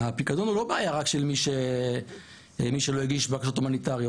הפיקדון הוא לא בעיה רק של מי שלא הגיש בקשות הומניטריות,